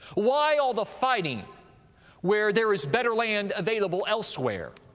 why all the fighting where there is better land available elsewhere?